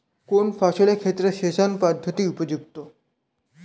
কোন ফসলের ক্ষেত্রে সেচন পদ্ধতি উপযুক্ত?